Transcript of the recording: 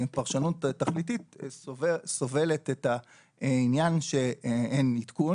פרשנות תכליתית סובלת את העניין שאין עדכון